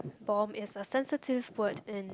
bomb is a sensitive word in